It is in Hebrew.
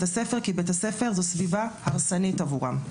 הספר כי בית הספר זה סביבה הרסנית עבורם.